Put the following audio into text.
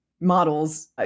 models